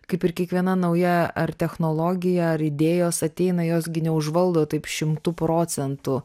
kaip ir kiekviena nauja ar technologija ar idėjos ateina jos gi neužvaldo taip šimtu procentų